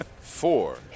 four